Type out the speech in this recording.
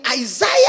Isaiah